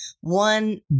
one